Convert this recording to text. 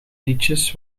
liedjes